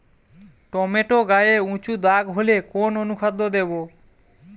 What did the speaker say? Tomato গায়ে উচু দাগ হলে কোন অনুখাদ্য দেবো?